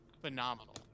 phenomenal